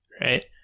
Right